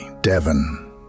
Devon